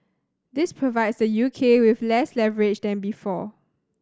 this provides the U K with less leverage than before